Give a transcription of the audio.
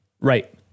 Right